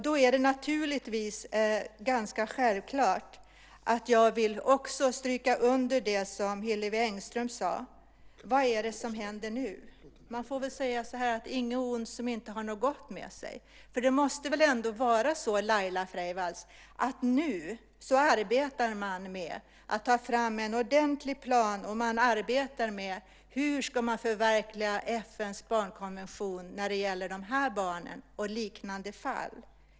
Då är det ganska självklart att jag också vill stryka under det som Hillevi Engström sade. Vad är det som händer nu? Man får väl säga så här: Inget ont som inte har något gott med sig. För det måste väl ändå vara så, Laila Freivalds, att man nu arbetar med att ta fram en ordentlig plan, och att man arbetar med hur man ska förverkliga FN:s barnkonvention när det gäller de här barnen och liknande fall.